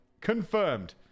confirmed